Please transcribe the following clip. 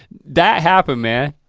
that happened, man.